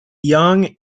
young